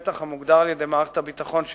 נשרפו למוות אם ובתה במאהל בדואי סמוך למישור-אדומים.